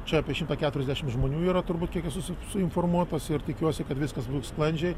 čia apie šimtą keturiasdešimt žmonių yra turbūt kiek esu informuotas ir tikiuosi kad viskas bus sklandžiai